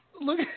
Look